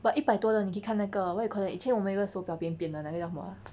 but 一百多的你可以看那个 what you call that 以前我买一个手表扁扁的那个叫什么 ah